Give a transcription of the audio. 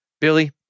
Billy